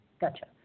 Gotcha